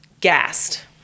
Gassed